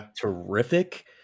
terrific